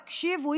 תקשיבו,